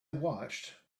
watched